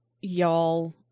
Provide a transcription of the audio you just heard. y'all